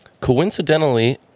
Coincidentally